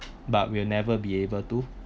but will never be able to